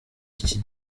iki